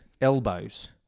Elbows